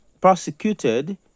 persecuted